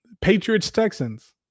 Patriots-Texans